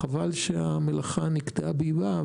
חבל שהמלאכה נקטעה באיבה,